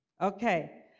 Okay